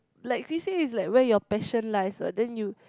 like C_C_A is like where your passion lies what then you